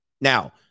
Now